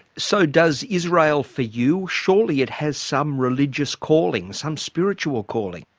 so does israel for you, surely it has some religious calling, some spiritual calling?